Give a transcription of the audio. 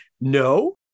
No